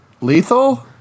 Lethal